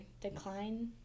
decline